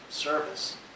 service